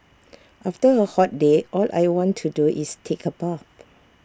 after A hot day all I want to do is take A bath